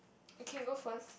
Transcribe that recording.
you can go first